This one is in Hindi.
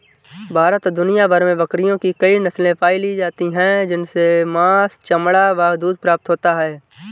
भारत और दुनिया भर में बकरियों की कई नस्ले पाली जाती हैं जिनसे मांस, चमड़ा व दूध प्राप्त होता है